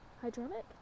hydraulic